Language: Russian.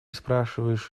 спрашиваешь